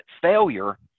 failure